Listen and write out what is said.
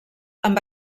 amb